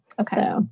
Okay